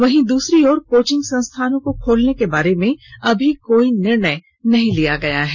वहीं दूसरी तरफ कोचिंग संस्थानों को खोलने के बारे में अभी कोई निर्णय नहीं लिया गया है